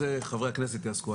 זה חברי הכנסת יעסקו.